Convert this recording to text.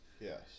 Yes